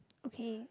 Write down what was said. okay